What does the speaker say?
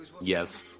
Yes